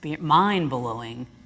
mind-blowing